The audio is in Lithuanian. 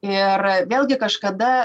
ir vėlgi kažkada